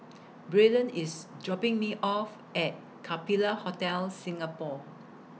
Braylen IS dropping Me off At Capella Hotel Singapore